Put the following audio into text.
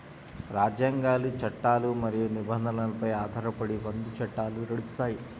రాజ్యాంగాలు, చట్టాలు మరియు నిబంధనలపై ఆధారపడి పన్ను చట్టాలు నడుస్తాయి